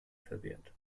verwehrt